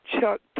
Chuck